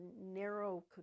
narrow